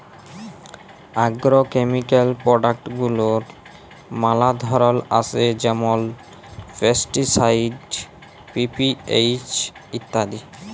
agrochemical product গুলার ম্যালা ধরল আসে যেমল পেস্টিসাইড, পি.পি.এইচ ইত্যাদি